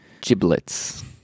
giblets